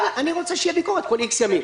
אני רוצה שתהיה ביקורת כל "איקס" ימים.